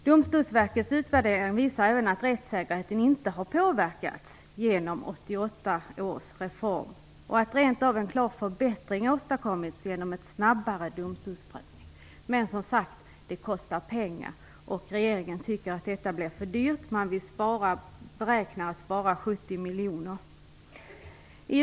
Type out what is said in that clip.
Domstolsverkets utvärdering visar även att rättssäkerheten inte har påverkats genom 1988 års reform och att en klar förbättring rent av har åstadkommits genom en snabbare domstolsprövning. Men som sagt, det kostar pengar, och regeringen tycker att det blir för dyrt. Regeringen beräknar att spara 70 miljoner kronor.